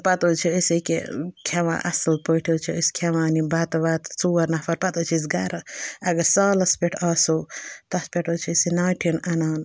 پَتہٕ حظ چھِ أسۍ ایٚکیٛاہ کھٮ۪وان اَصٕل پٲٹھۍ حظ چھِ أسۍ کھٮ۪وان یہِ بَتہٕ وَتہٕ ژور نفر پَتہٕ حظ چھِ أسۍ گَرٕ اگر سالَس پٮ۪ٹھ آسو تَتھ پٮ۪ٹھ حظ چھِ أسۍ یہِ ناٹِہٮ۪ن اَنان